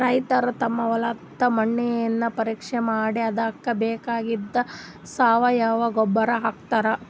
ರೈತರ್ ತಮ್ ಹೊಲದ್ದ್ ಮಣ್ಣಿನ್ ಪರೀಕ್ಷೆ ಮಾಡಿ ಅದಕ್ಕ್ ಬೇಕಾಗಿದ್ದ್ ಸಾವಯವ ಗೊಬ್ಬರ್ ಹಾಕ್ತಾರ್